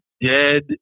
dead